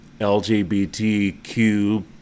LGBTQ